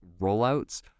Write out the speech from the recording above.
rollouts